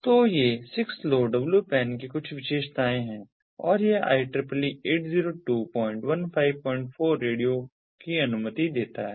तो ये 6LoWPAN की कुछ विशेषताएं हैं और यह IEEE 802154 रेडियो की अनुमति देता है